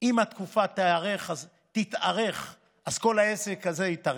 החל"ת, אם התקופה תתארך אז כל העסק הזה יתארך.